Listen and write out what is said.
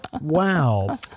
Wow